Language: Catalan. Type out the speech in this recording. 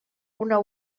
una